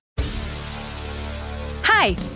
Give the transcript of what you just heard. Hi